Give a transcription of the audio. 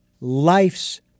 life's